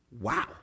Wow